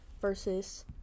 versus